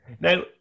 Now